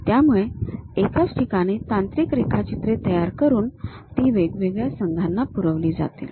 त्यामुळे एकाच ठिकाणी तांत्रिक रेखाचित्रे तयार करून ती वेगवेगळ्या संघांना पुरवली जातील